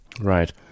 Right